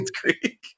Creek